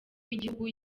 w’igihugu